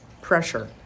pressure